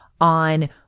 on